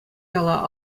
яла